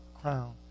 crown